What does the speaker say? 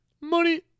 Money